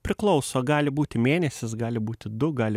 priklauso gali būti mėnesis gali būti du gali